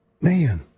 man